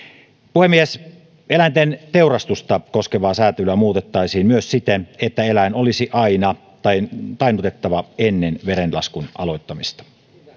puhemies eläinten teurastusta koskevaa säätelyä muutettaisiin myös siten että eläin olisi aina tainnutettava ennen veren laskun aloittamista